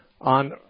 on